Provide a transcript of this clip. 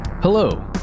Hello